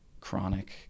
chronic